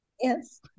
Yes